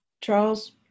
charles